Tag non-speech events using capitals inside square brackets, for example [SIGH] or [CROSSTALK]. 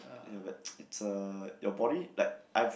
ya but [NOISE] it's a your body like I've